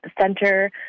Center